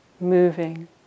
moving